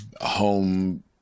home